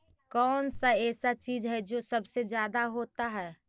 कौन सा ऐसा चीज है जो सबसे ज्यादा होता है?